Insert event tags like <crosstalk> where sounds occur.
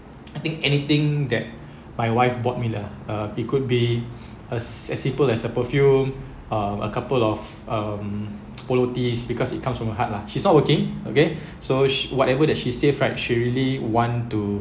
I think anything that my wife bought me lah uh it could be s~ as simple as a perfume a couple of um <noise> polo tees because it comes from her heart lah she's not working okay so she whatever that she save right she really want to